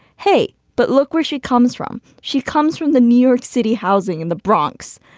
hey, but look where she comes from. she comes from the new york city housing in the bronx.